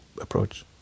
approach